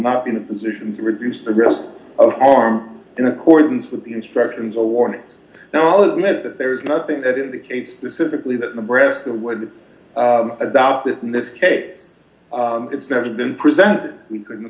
not be in a position to reduce the risk of harm in accordance with the instructions or warnings now all admit that there is nothing that indicates specifically that nebraska would adopt that in this case it's never been presented we couldn't